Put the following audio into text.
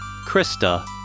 Krista